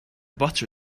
butter